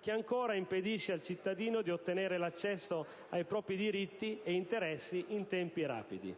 che ancora impedisce al cittadino di ottenere l'accesso ai propri diritti e interessi in tempi rapidi.